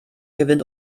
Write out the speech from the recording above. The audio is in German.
gewinnt